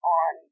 on